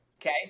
Okay